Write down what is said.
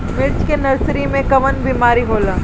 मिर्च के नर्सरी मे कवन बीमारी होला?